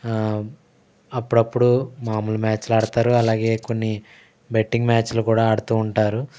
అప్పుడప్పుడు మామూలు మ్యాచ్లు ఆడతారు అలాగే కొన్ని బెట్టింగ్ మ్యాచ్లు కూడా ఆడుతూ ఉంటారు